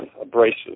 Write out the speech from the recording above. abrasive